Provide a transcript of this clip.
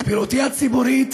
את פעילותי הציבורית